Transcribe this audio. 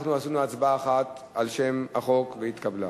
אנחנו עשינו הצבעה אחת על שם החוק והוא התקבל.